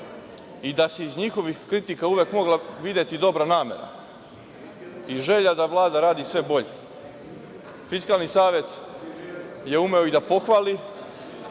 i da se iz njihovih kritika uvek mogla videti dobra namera i želja da Vlada radi sve bolje. Fiskalni savet je umeo i da pohvali